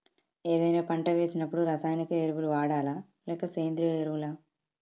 ఏదైనా పంట వేసినప్పుడు రసాయనిక ఎరువులు వాడాలా? లేక సేంద్రీయ ఎరవులా?